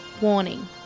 warning